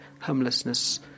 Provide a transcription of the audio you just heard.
homelessness